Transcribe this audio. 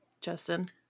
Justin